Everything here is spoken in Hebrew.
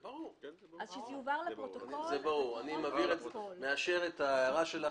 באזור הזה ההגדרה מכסה את כל השטח.